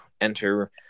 enter